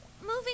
moving